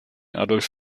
adolf